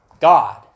God